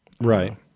Right